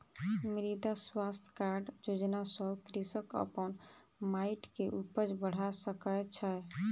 मृदा स्वास्थ्य कार्ड योजना सॅ कृषक अपन माइट के उपज बढ़ा सकै छै